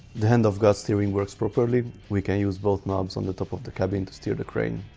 the hand of god steering works properly, we can use both knobs on the top of the cabin to steer the crane